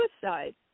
suicide